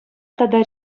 тата